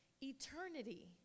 eternity